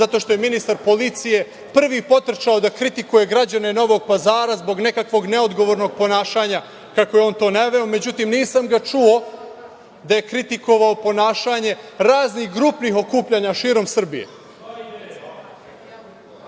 zato što je ministar policije prvi potrčao da kritikuje građane Novog Pazara zbog nekakvog neodgovornog ponašanja, kako je on to naveo. Međutim, nisam ga čuo da je kritikovao ponašanje raznih grupnih okupljanja širom